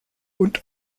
und